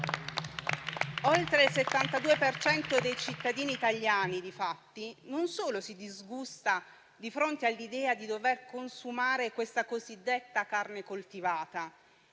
Oltre il 72 per cento dei cittadini italiani, difatti, non solo si disgusta di fronte all'idea di dover consumare questa cosiddetta carne coltivata,